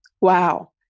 wow